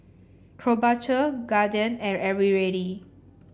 Krombacher Guardian and Eveready